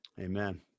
Amen